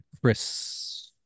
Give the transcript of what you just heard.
Chris